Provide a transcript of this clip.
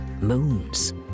moons